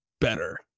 better